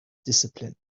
discipline